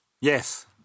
Yes